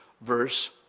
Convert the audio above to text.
verse